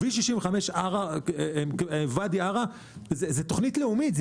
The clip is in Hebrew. כביש 65 ואדי ערה זה תוכנית לאומית,